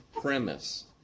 premise